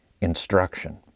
instruction